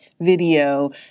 video